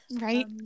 right